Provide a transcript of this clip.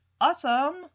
awesome